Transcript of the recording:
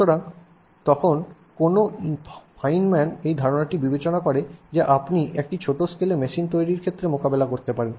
সুতরাং তখন কোনও ফাইনম্যান এই ধারণাটি বিবেচনা করে যে আপনি একটি ছোট স্কেলে মেশিন তৈরির ক্ষেত্রে মোকাবেলা করতে পারেন